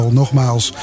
nogmaals